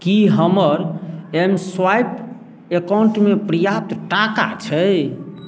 कि हमर M swipe एकाउण्टमे पर्याप्त टाका छै